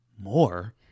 more